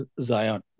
Zion